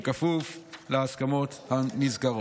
בכפוף להסכמות הנזכרות.